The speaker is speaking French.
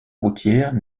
routière